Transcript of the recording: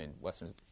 Western